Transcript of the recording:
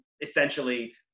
essentially